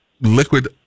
liquid